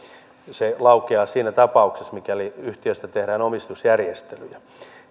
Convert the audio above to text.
se laukeaa siinä tapauksessa mikäli yhtiössä tehdään omistusjärjestelyjä